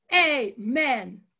Amen